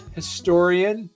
historian